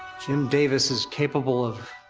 jim davis is capable of.